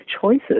choices